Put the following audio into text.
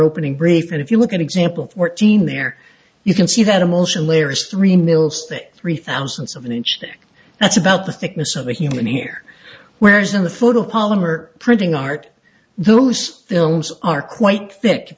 opening brief and if you look at example fourteen there you can see that emotion layers three mil stick three thousand seven inch thick that's about the thickness of a human ear whereas in the photo polymer printing art those films are quite thick if